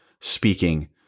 speaking